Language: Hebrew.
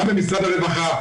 גם במשרד הרווחה,